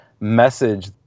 message